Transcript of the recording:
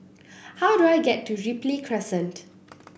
how do I get to Ripley Crescent